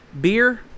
Beer